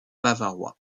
bavarois